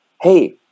hey